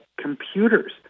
computers